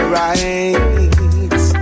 right